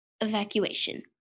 evacuation